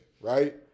right